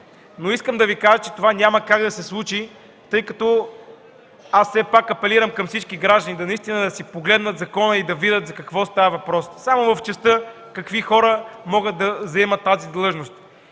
Искам да Ви кажа, че това няма как да се случи, тъй като аз все пак апелирам към всички граждани наистина да си погледнат закона и да видят за какво става въпрос само в частта какви хора могат да заемат тази длъжност.